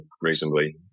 reasonably